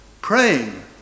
Praying